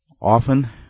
Often